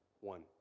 One